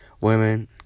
women